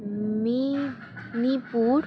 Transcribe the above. me মিপুর